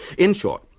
in short,